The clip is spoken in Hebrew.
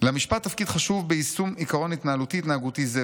"למשפט תפקיד חשוב ביישום עיקרון התנהלותי-התנהגותי זה,